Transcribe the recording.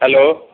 hello